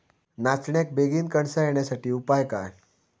नाचण्याक बेगीन कणसा येण्यासाठी उपाय काय?